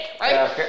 right